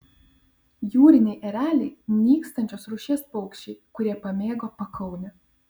jūriniai ereliai nykstančios rūšies paukščiai kurie pamėgo pakaunę